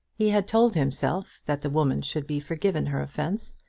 he had told himself that the woman should be forgiven her offence,